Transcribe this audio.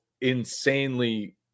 insanely